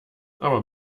aber